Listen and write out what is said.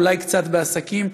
אולי קצת בעסקים,